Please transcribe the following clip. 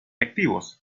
activos